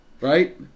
right